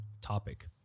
topic